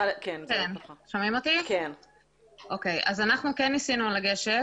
אז אנחנו ניסינו לגשת,